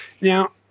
now